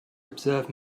observe